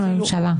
בממשלה.